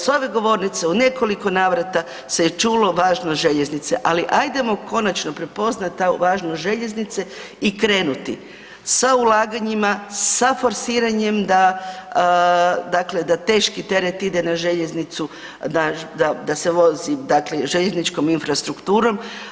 S ove govornice u nekoliko navrata se je čulo važnost željeznice, ali ajdemo konačno prepoznati važnost željeznice i krenuti sa ulaganjima, sa forsiranjem da dakle da teški teret ide na željeznicu, da se vozi dakle željezničkom infrastrukturom.